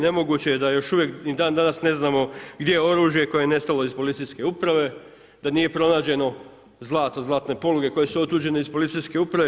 Nemoguće je da još uvijek ni dan danas ne znamo gdje je oružje koje je nestalo iz policijske uprave, da nije pronađeno zlato, zlatne poluge koje su otuđene iz policijske uprave.